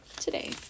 today